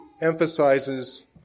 emphasizes